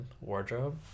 wardrobe